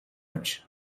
نمیشه